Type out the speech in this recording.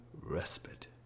respite